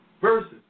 versus